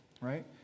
right